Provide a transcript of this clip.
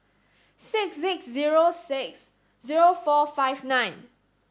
six six zero six zero four five nine